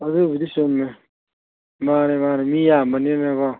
ꯑꯗꯨꯕꯨꯗꯤ ꯆꯨꯝꯃꯦ ꯃꯥꯅꯤ ꯃꯥꯅꯤ ꯃꯤ ꯌꯥꯝꯕꯅꯤꯅꯀꯣ